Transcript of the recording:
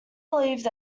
believed